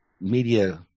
media